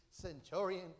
centurion